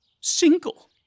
Single